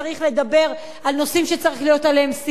לדבר בנושאים שצריך להיות עליהם שיח,